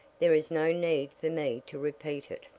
there is no need for me to repeat it.